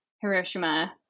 Hiroshima